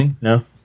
No